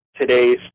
today's